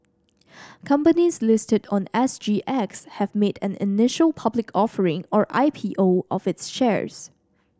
companies listed on S G X have made an initial public offering or I P O of its shares